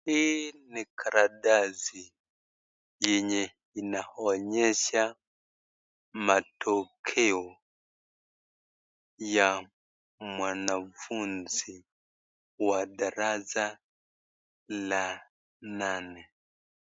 Hii ni karatasi yenye inaonuesha matokeo ya mwanafunzi wa darasa la nane.